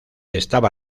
estaba